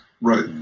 right